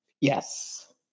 Yes